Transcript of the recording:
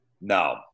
No